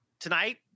Tonight